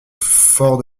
fort